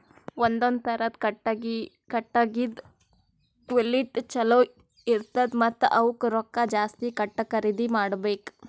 ಒಂದೊಂದ್ ಥರದ್ ಕಟ್ಟಗಿದ್ ಕ್ವಾಲಿಟಿ ಚಲೋ ಇರ್ತವ್ ಮತ್ತ್ ಅವಕ್ಕ್ ರೊಕ್ಕಾ ಜಾಸ್ತಿ ಕೊಟ್ಟ್ ಖರೀದಿ ಮಾಡಬೆಕ್